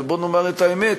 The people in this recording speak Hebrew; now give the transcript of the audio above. ובואו נאמר את האמת,